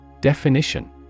Definition